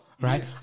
Right